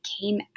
came